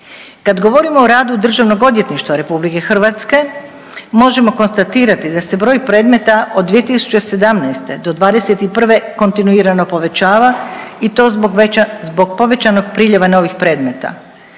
Kada govorimo o radu Državnog odvjetništva Republike Hrvatske možemo konstatirati da se broj predmeta od 2017. do 21. kontinuirano povećava i to zbog povećanog priljeva novih predmeta.